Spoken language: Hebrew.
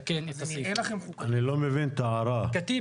איזה היטלי השבחה יוטלו בתהליך ההסדרה הזה,